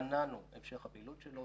מנענו המשך הפעילות שלו,